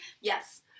Yes